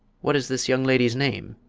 what is this young lady's name?